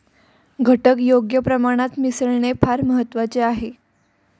घटक योग्य प्रमाणात मिसळणे फार महत्वाचे आहे